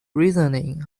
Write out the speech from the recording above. reasoning